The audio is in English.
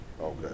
Okay